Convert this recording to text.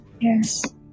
Yes